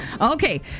Okay